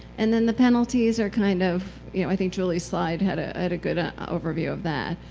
and then the penalties are kind of i think julie's slide had ah had a good ah overview of that.